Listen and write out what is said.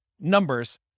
numbers